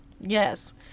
Yes